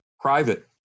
private